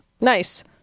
nice